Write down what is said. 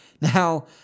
Now